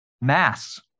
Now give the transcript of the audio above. mass